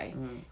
mmhmm